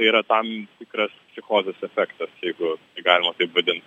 yra tam tikras psichozės efektas jeigu tai galima taip vadint